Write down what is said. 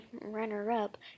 runner-up